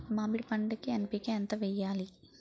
మామిడి పంటకి ఎన్.పీ.కే ఎంత వెయ్యాలి?